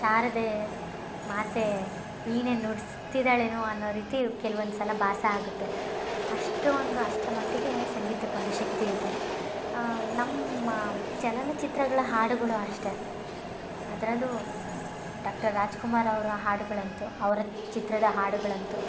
ಶಾರದೆ ಮಾತೆ ವೀಣೆ ನುಡಿಸ್ತಿದಾಳೇನೋ ಅನ್ನೋ ರೀತಿ ಕೆಲವೊಂದುಸಲ ಭಾಸ ಆಗುತ್ತೆ ಅಷ್ಟು ಒಂದು ಅಷ್ಟರಮಟ್ಟಿಗೆ ಸಂಗೀತಕ್ಕೆ ಒಂದು ಶಕ್ತಿ ಇದೆ ನಮ್ಮ ಚಲನಚಿತ್ರಗಳ ಹಾಡುಗಳು ಅಷ್ಟೆ ಅದ್ರಲ್ಲು ಡಾಕ್ಟರ್ ರಾಜ್ಕುಮಾರ್ ಅವರ ಹಾಡುಗಳಂತು ಅವರ ಚಿತ್ರದ ಹಾಡುಗಳಂತು